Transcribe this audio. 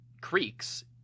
creeks